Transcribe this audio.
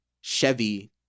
Chevy